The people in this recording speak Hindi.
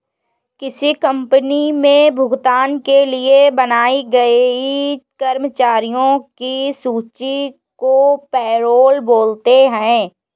किसी कंपनी मे भुगतान के लिए बनाई गई कर्मचारियों की सूची को पैरोल बोलते हैं